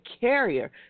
carrier